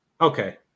Okay